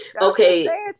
Okay